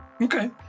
Okay